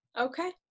okay